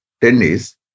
tennis